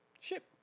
ship